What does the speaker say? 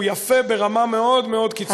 הוא יפה ברמה מאוד קיצונית.